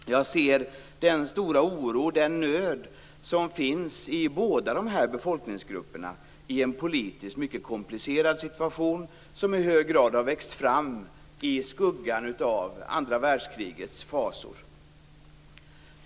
Jag har sett den stora oro och den nöd som finns i båda dessa befolkningsgrupper i en politiskt mycket komplicerad situation som i hög grad har växt fram i skuggan av andra världskrigets fasor.